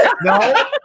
No